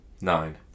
Nine